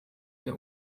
der